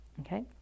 Okay